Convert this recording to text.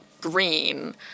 green